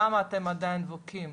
למה אתם עדיין בודקים